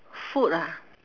food ah